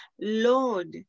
Lord